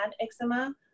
eczema